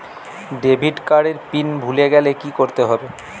Debit card এর PIN ভুলে গেলে কি করতে হবে?